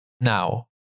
now